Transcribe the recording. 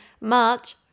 March